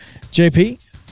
JP